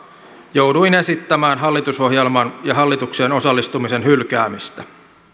jouduin esittämään hallitusohjelman ja hallitukseen osallistumisen hylkäämistä